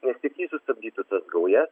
nes tik ji sustabdytų tas gaujas